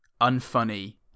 unfunny